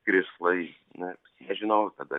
krislai net nežinojau tada